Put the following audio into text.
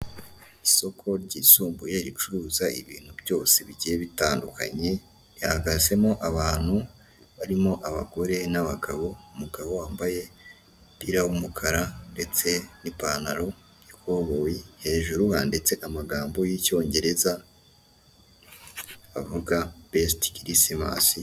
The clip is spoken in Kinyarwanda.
Isoko ryisumbuye ricuruza ibintu byose bigiye bitandukanye, hahagazemo abantu barimo abagore n'abagabo, umugabo wambaye umupira w'umukara ndetse n'ipantaro y'ikoboyi hejuru handitse amagambo y'icyongereza avuga besite kirisimasi.